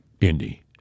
Indy